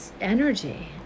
energy